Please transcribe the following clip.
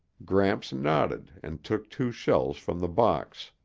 gramps nodded and took two shells from the box.